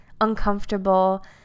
uncomfortable